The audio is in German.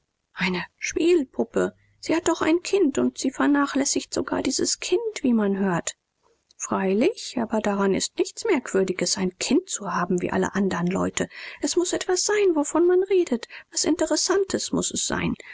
eine spielpuppe sie hat doch ein kind und sie vernachlässigt sogar dieses kind wie man hört freilich aber daran ist nichts merkwürdiges ein kind zu haben wie alle andern leute es muß etwas sein wovon man redet was interessantes muß es sein